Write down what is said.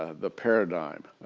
ah the paradigm,